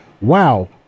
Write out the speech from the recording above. wow